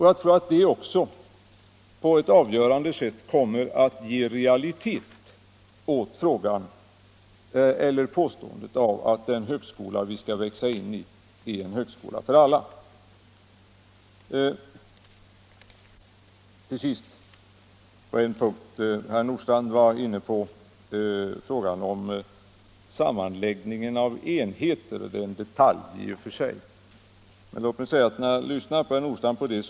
Jag tror att detta synsätt kommer att på ett avgörande sätt ge realitet åt påståendet, att den högskola vi skall växa in i är en högskola för alla. Till sist vill jag bemöta en punkt — det är i och för sig bara en detalj — som herr Nordstrandh berörde. Han var inne på frågan om sammanläggningen av enheter.